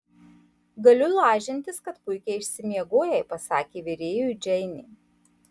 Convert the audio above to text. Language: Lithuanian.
galiu lažintis kad puikiai išsimiegojai pasakė virėjui džeinė